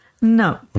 No